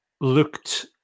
looked